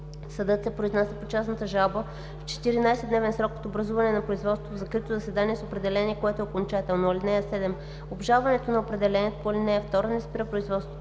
Съдът се произнася по частната жалба в 14-дневен срок от образуване на производството в закрито заседание с определение, което е окончателно. (7) Обжалването на определението по ал. 2 не спира производството